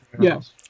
Yes